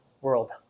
world